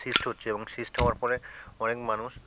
cyst হচ্ছে এবং cyst হওয়ার পরে অনেক মানুষ